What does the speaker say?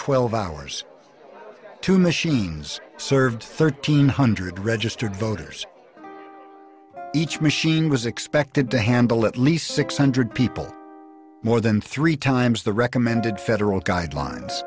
twelve hours two machines served thirteen hundred registered voters each machine was expected to handle at least six hundred people more than three times the recommended federal guidelines